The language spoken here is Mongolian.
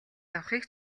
явахыг